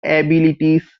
abilities